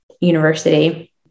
university